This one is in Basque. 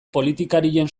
politikarien